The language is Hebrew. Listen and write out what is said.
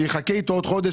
שיחכה איתו עוד חודש.